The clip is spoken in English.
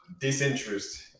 disinterest